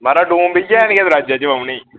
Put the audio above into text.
महाराज डोम बेही गेआ हून दरवाजे च उनें